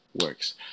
works